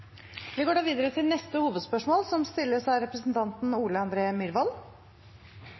Vi går videre til neste hovedspørsmål.